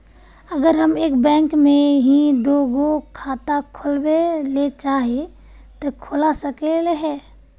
अगर हम एक बैंक में ही दुगो खाता खोलबे ले चाहे है ते खोला सके हिये?